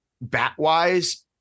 bat-wise